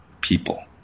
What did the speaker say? people